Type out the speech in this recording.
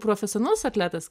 profesionalus atletas